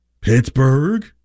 Pittsburgh